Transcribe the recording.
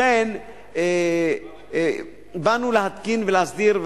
לכן באנו להתקין ולהסדיר,